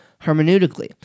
hermeneutically